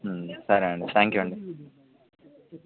సరే అండి thank you అండి